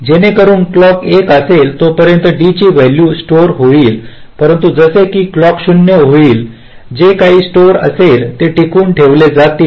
जेणेकरून क्लॉक 1 असेल तोपर्यंत D ची व्हॅल्यू स्टोर होईल परंतु जसे की क्लॉक 0 होईल जे काही स्टोर असेल ते टिकवून ठेवले जातील